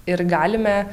ir galime